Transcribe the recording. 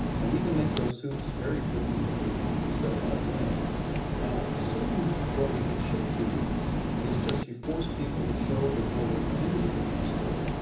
and we can make those suits very quickly if we set about doing it now soon what we could shift to is just you force people to show before they come into the grocery store,